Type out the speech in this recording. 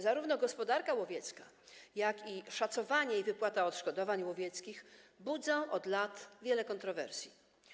Zarówno gospodarka łowiecka, jak i szacowanie oraz wypłata odszkodowań łowieckich budzą od lat wiele kontrowersji.